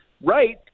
right